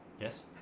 yes